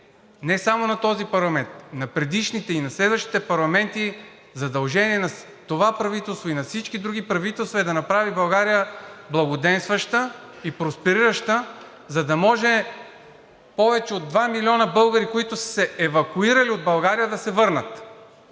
не само на този парламент, на предишните и на следващите парламенти, задължение на това правителство и на всички други правителства е да направи България благоденстваща и просперираща, за да може повече от 2 милиона българи, които са се евакуирали от България, да се върнат.